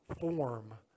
form